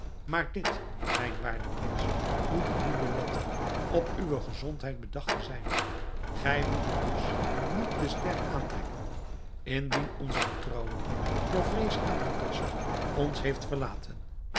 maar dit mijn waarde prins moet u niet beletten op uwe gezondheid bedacht te zijn gij moet het u dus niet te sterk aantrekken indien onze vertrouweling door vrees aangetast ons heeft verlaten